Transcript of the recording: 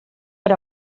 per